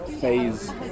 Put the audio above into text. phase